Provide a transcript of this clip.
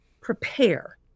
prepare